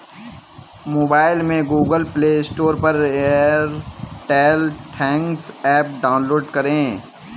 mobile में Google Play Store से Airtel Thanks app download करें